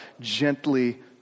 gently